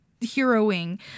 heroing